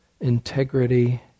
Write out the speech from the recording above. integrity